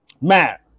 Matt